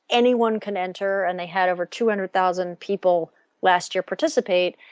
anyone can enter and they had over two hundred thousand people last year participate.